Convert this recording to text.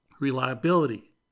reliability